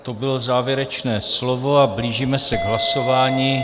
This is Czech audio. To bylo závěrečné slovo a blížíme se k hlasování.